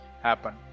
happen